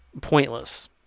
Pointless